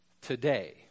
today